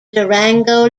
durango